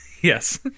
Yes